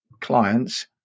clients